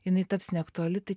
jinai taps neaktuali